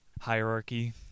hierarchy